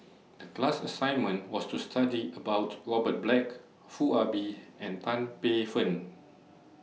The class assignment was to study about Robert Black Foo Ah Bee and Tan Paey Fern